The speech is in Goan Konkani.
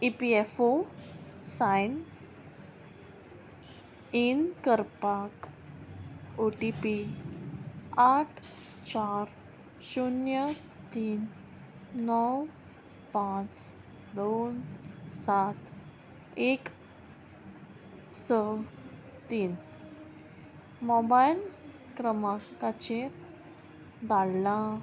E P F O sign in करपाक ओ टी पी आठ चार शुन्य तीन णव पांच दोन सात एक स तीन मोबायल क्रमांकाचेर धाडला